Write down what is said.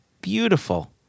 beautiful